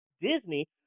Disney